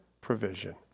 provision